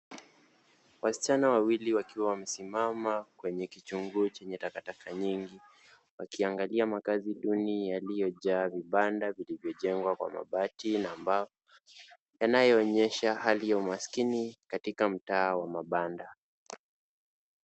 Wasichana wawili wakiwa wamesimama kwenye kichunguu chenye takataka nyingi wakiangalia makazi duni yaliyojaa vibanda vilivyojengwa kwa mabati na mbao yanayoonyesha hali ya umaskini katika mtaa wa mabanda.